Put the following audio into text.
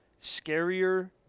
scarier